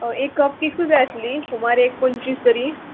एक कप किद सुद्दां जाय आसली सुमार एक पंचवीस तरी